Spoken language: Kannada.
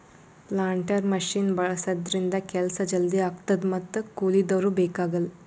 ಪ್ಲಾಂಟರ್ ಮಷಿನ್ ಬಳಸಿದ್ರಿಂದ ಕೆಲ್ಸ ಜಲ್ದಿ ಆಗ್ತದ ಮತ್ತ್ ಕೂಲಿದವ್ರು ಬೇಕಾಗಲ್